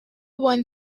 won